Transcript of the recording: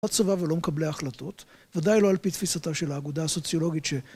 לא צבא ולא מקבלי החלטות, ודאי לא על פי תפיסתה של האגודה הסוציולוגית ש...